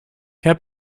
heb